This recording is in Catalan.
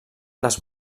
les